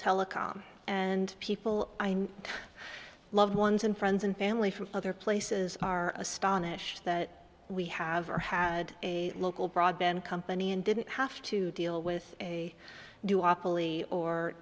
telecom and people loved ones and friends and family from other places are astonished that we have or had a local broadband company and didn't have to deal with a do awfully or